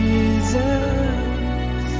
Jesus